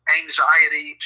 anxiety